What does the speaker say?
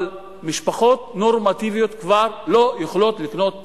אבל משפחות נורמטיביות, כבר לא יכולות לקנות דירה.